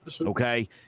Okay